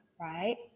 right